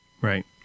Right